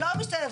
לא משתלב.